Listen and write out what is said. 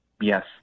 Yes